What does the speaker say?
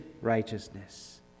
righteousness